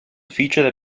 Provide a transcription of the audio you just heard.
feature